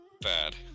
Bad